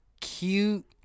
cute